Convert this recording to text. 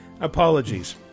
Apologies